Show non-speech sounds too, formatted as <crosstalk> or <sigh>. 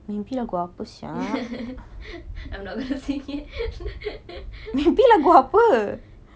<laughs> I'm not gonna sing it <laughs>